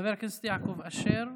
חבר הכנסת יעקב אשר,